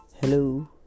Hello